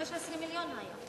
15 מיליון היה.